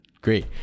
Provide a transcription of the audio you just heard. Great